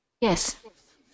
Yes